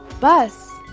bus